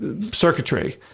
circuitry